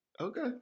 Okay